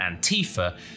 Antifa